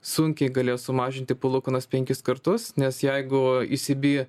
sunkiai galės sumažinti palūkanas penkis kartus nes jeigu ecb